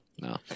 No